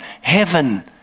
heaven